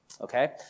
Okay